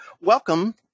welcome